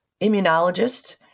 immunologists